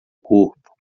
corpo